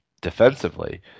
defensively